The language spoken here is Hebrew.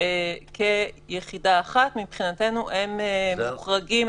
מבחינתנו הם מוחרגים,